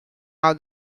are